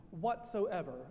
whatsoever